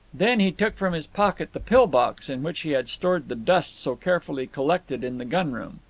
then he took from his pocket the pill-box in which he had stored the dust so carefully collected in the gunroom.